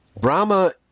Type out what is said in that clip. Brahma